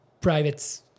private